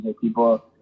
People